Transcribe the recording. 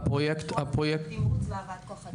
עם תקציבים לתמרוץ הבאת כוח אדם?